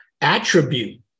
attribute